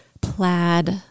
plaid